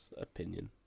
opinion